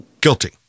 guilty